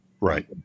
Right